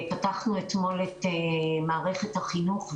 פתחנו אתמול את מערכת החינוך.